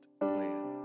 land